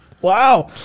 Wow